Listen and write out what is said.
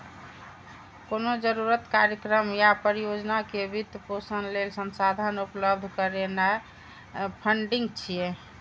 कोनो जरूरत, कार्यक्रम या परियोजना के वित्त पोषण लेल संसाधन उपलब्ध करेनाय फंडिंग छियै